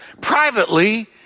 privately